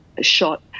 shot